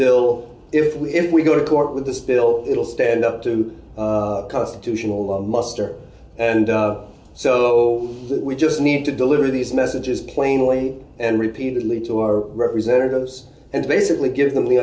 bill if we if we go to court with this bill it will stand up to constitutional muster and so we just need to deliver these messages plainly and repeatedly to our representatives and basically give them the